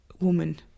woman